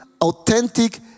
authentic